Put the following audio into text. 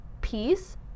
Peace